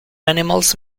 animals